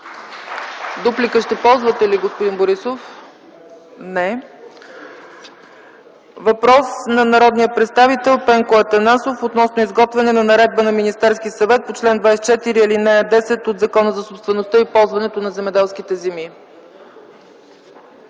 Дуплика ще ползвате ли, господин Борисов? Не. Въпрос на народния представител Пенко Атанасов относно изготвяне на наредба на Министерския съвет по чл. 24, ал. 10 от Закона за собствеността и ползването на земеделските земи.